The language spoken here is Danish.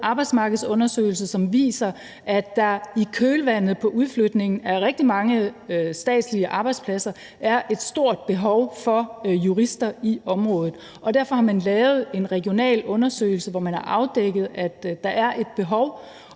arbejdsmarkedsundersøgelser, som viser, at der i kølvandet på udflytningen af rigtig mange statslige arbejdspladser er et stort behov for jurister i det område. Derfor har man lavet en regional undersøgelse, hvor man har afdækket, at der er et behov,